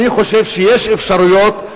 אני חושב שיש אפשרות,